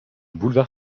boulevard